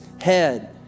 head